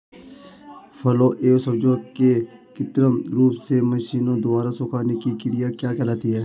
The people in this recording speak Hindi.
फलों एवं सब्जियों के कृत्रिम रूप से मशीनों द्वारा सुखाने की क्रिया क्या कहलाती है?